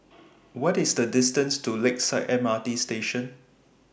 What IS The distance to Lakeside M R T Station